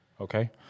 Okay